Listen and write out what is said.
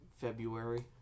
February